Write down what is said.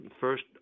first